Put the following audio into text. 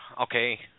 Okay